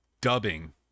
dubbing